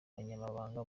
abanyamahanga